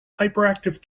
hyperactive